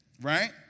Right